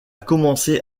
commencé